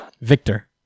Victor